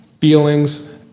feelings